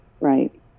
right